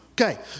Okay